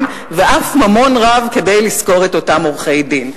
ואף ממון רב כדי לשכור את אותם עורכי-דין.